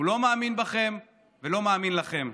הוא לא מאמין בכם ולא מאמין לכם.